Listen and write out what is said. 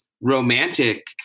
romantic